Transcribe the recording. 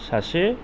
सासे